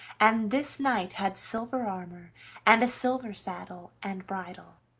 and this knight had silver armor and a silver saddle and bridle,